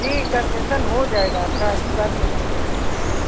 जी concession हो जाएगा आपका ऐसी बात नहीं है कि नहीं होगा